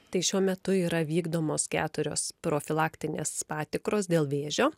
tai šiuo metu yra vykdomos keturios profilaktinės patikros dėl vėžio